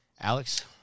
Alex